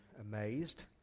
amazed